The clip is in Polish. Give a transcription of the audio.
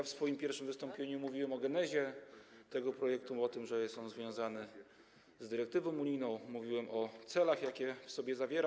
W swoim pierwszym wystąpieniu mówiłem o genezie tego projektu, o tym, że jest on związany z dyrektywą unijną, mówiłem o celach, jakie w sobie zawiera.